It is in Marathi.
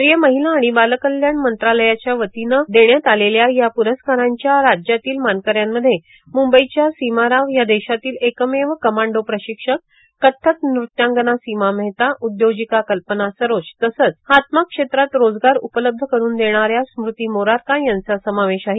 केंद्रीय महिला आणि बालकल्याण मंत्रालयाच्या वतीनं देण्यात आलेल्या या पुरस्कारांच्या राज्यातील मानकऱ्यांमध्ये मुंबईच्या सीमा राव या देशातील एकमेव कमांडो प्रशिक्षक कथक नृत्यांगना सीमा मेहता उद्योजिका कल्पना सरोज तसंच हातमाग क्षेत्रात रोजगार उपलब्ध करून देणाऱ्या स्मूती मोरारका यांचा समावेश आहे